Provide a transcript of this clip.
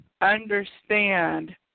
understand